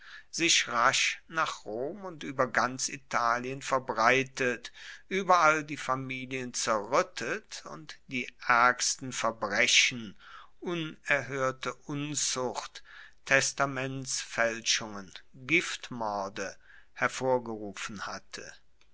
sich rasch nach rom und ueber ganz italien verbreitet ueberall die familien zerruettet und die aergsten verbrechen unerhoerte unzucht testamentsfaelschungen giftmorde hervorgerufen hatte